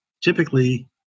typically